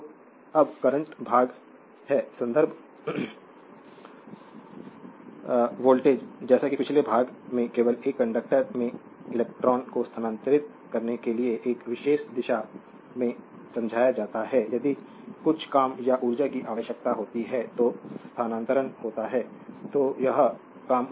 slide समय देखें 2741 तो अब करंट भाग है संदर्भ समय 2743 वोल्टेज जैसा कि पिछले भाग में केवल एक कंडक्टर में इलेक्ट्रॉन को स्थानांतरित करने के लिए एक विशेष दिशा में समझाया जाता है यदि कुछ काम या ऊर्जा की आवश्यकता होती है तो स्थानांतरण होता है